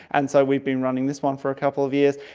and so we've been running this one for a couple of years.